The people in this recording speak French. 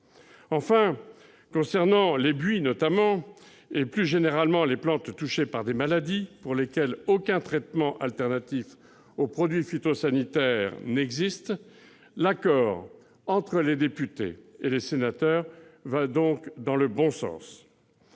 J'en viens aux buis et, plus généralement, aux plantes touchées par des maladies pour lesquelles aucun traitement alternatif aux produits phytosanitaires n'existe. L'accord entre les députés et les sénateurs va dans le bon sens.